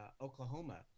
Oklahoma